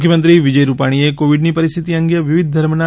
મુખ્યમંત્રી વિજય રૂપાણીએ કોવિડની પરિસ્થિતિ અંગે વિવિધ ધર્મના